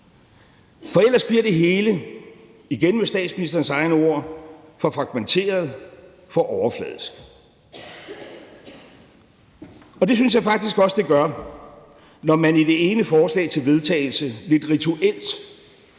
for ellers bliver det hele, igen med statsministerens egne ord, »for fragmenteret, for overfladisk«. Det synes jeg faktisk også det gør, når man i det ene forslag til vedtagelse lidt rituelt